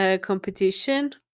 competition